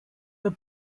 were